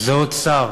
זה עוד שר